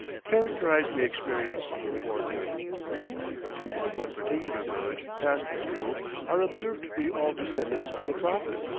characterize the experience of the forenoon. the people of one particular village passed through are observed to be all descendants of the prophet,